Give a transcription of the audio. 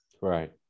Right